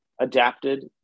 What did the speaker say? adapted